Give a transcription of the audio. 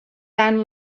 tant